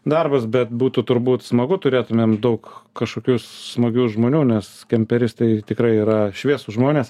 darbas bet būtų turbūt smagu turėtumėm daug kažkokių smagių žmonių nes kemperistai tikrai yra šviesūs žmonės